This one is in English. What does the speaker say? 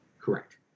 correct